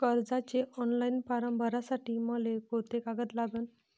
कर्जाचे online form भरासाठी मले कोंते कागद लागन?